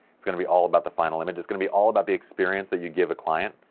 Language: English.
it's gonna be all about the final image, it's gonna be all about the experience that you give a client,